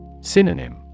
Synonym